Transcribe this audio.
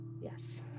Yes